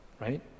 Right